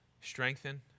Strengthen